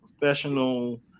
professional